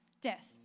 death